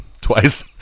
twice